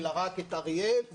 אלא רק את אריאל וירושלים,